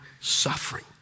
suffering